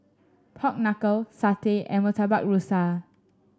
Pork Knuckle satay and Murtabak Rusa